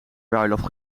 bruiloft